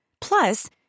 Plus